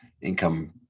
income